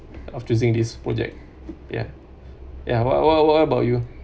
of choosing this project ya ya what what what what about you